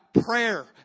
Prayer